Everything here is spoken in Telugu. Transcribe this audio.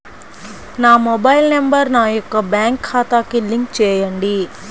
నా మొబైల్ నంబర్ నా యొక్క బ్యాంక్ ఖాతాకి లింక్ చేయండీ?